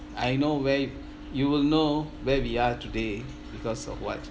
I know where you will know where we are today because of what